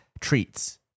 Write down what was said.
treats